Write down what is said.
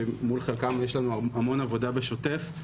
שמול חלקם יש לנו המון עבודה בשוטף.